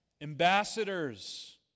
Ambassadors